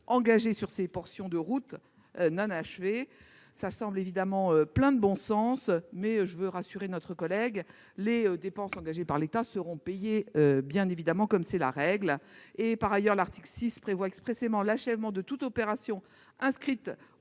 engagés sur les portions de route inachevées. Cela semble plein de bon sens, mais je veux rassurer notre collègue : les dépenses engagées par l'État seront payées, comme c'est la règle. Par ailleurs, l'article 6 prévoit expressément l'achèvement de toute opération inscrite au